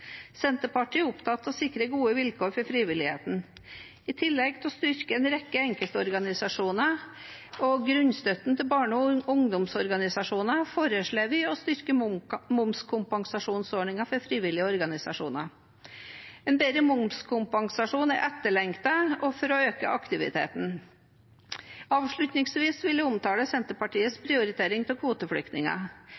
Senterpartiet er opptatt av å sikre gode vilkår for frivilligheten. I tillegg til å styrke en rekke enkeltorganisasjoner og grunnstøtten til barne- og ungdomsorganisasjoner foreslår vi å styrke momskompensasjonsordningen for frivillige organisasjoner. En bedre momskompensasjon er etterlengtet for å øke aktiviteten. Avslutningsvis vil jeg omtale Senterpartiets